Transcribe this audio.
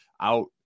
out